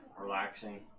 relaxing